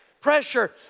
pressure